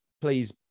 please